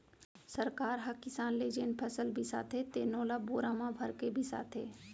सरकार ह किसान ले जेन फसल बिसाथे तेनो ल बोरा म भरके बिसाथे